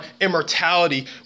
immortality